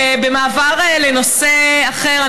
ובמעבר לנושא אחר,